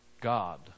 God